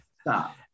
stop